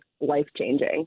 life-changing